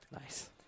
nice